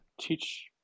teach